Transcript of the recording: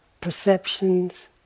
perceptions